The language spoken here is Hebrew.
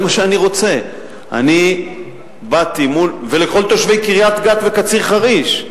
זה מה שאני רוצה, ולכל תושבי קריית-גת וקציר חריש.